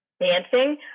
dancing